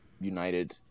United